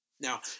Now